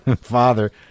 father